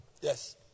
Yes